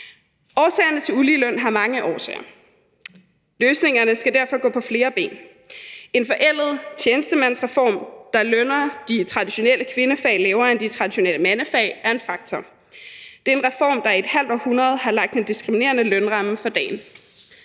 Årsagerne til uligeløn er mange. Løsningerne skal derfor gå på flere ben. En forældet tjenestemandsreform, der lønner de traditionelle kvindefag lavere end de traditionelle mandefag, er en faktor; det er en reform, der i et halvt århundrede har lagt en diskriminerende lønramme for dagen.